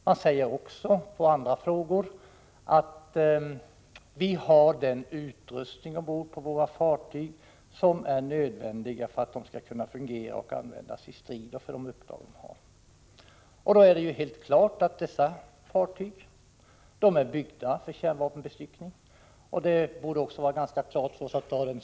Man svarar också på andra frågor att man har den utrustning ombord som är nödvändig för att fartyget skall kunna fungera och användas i strid och för de uppdrag det har. Det är helt klart att dessa fartyg är byggda för kärnvapenbestyckning. Det borde också stå ganska klart att man inte går — Prot.